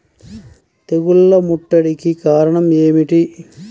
తెగుళ్ల ముట్టడికి కారణం ఏమిటి?